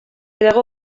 dago